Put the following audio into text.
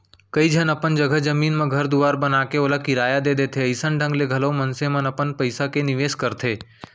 कइ झन अपन जघा जमीन म घर दुवार बनाके ओला किराया दे देथे अइसन ढंग ले घलौ मनसे मन अपन पइसा के निवेस करथे